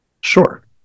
Sure